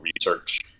research